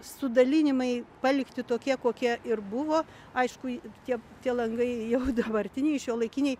su dalinimai palikti tokie kokie ir buvo aišku tie tie langai jau dabartiniai šiuolaikiniai